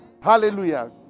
Hallelujah